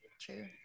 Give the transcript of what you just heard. true